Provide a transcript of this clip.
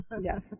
Yes